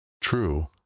True